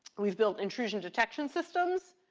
we've built intrusion detection systems.